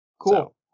Cool